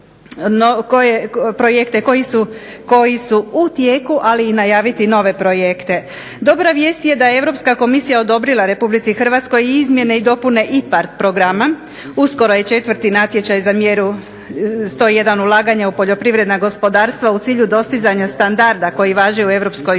koji su u tijeku ali najaviti nove projekte. Dobra vijest je da je Europska komisija odobrila Republici Hrvatskoj i izmjene i dopune IPARD programa, uskoro je 4. natječaj za mjeru 101. ulaganja u poljoprivredna gospodarstva u cilju dostizanja standarda koji važi u